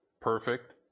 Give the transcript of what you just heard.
perfect